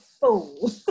fool